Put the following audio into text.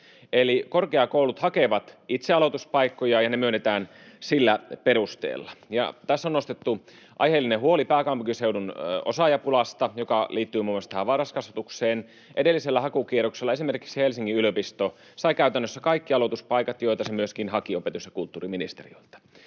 Eli korkeakoulut hakevat itse aloituspaikkoja, ja ne myönnetään sillä perusteella. Tässä on nostettu aiheellinen huoli pääkaupunkiseudun osaajapulasta, joka liittyy muun muassa varhaiskasvatukseen. Edellisellä hakukierroksella esimerkiksi Helsingin yliopisto sai käytännössä kaikki aloituspaikat, joita se haki opetus- ja kulttuuriministeriöltä.